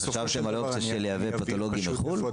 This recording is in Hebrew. בסופו של דבר --- חשבתם על אופציה של לייבא פתולוגים מחו"ל?